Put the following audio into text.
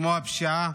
כמו הפשיעה.